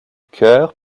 cœur